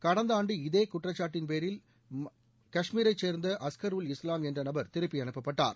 கடந்த ஆண்டு இதே குற்றச்சாட்டின் பேரில் மத்திய கஷ்மீரைச்சேர்ந்த அஸ்கர் உல் இஸ்லாம் என்ற நபர் திருப்பி அனுப்பப்பட்டார்